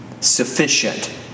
Sufficient